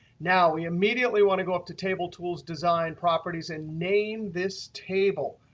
now, we immediately want to go up to table tools, design properties, and name this table.